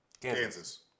Kansas